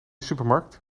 supermarkt